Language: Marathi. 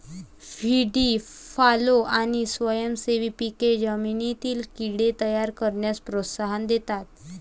व्हीडी फॉलो आणि स्वयंसेवी पिके जमिनीतील कीड़े तयार करण्यास प्रोत्साहन देतात